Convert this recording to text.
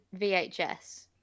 VHS